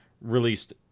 released